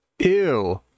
Ew